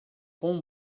com